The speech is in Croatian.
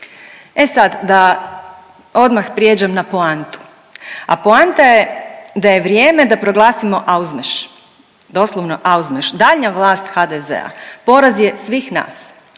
E sad da odmah prijeđem na poantu, a poanta je da je vrijeme da proglasimo auzmeš doslovno auzmeš, daljnja vlast HDZ-a poraz je svih nas.